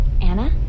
Anna